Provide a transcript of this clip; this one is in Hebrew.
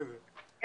כן.